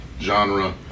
genre